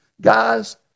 Guys